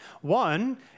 One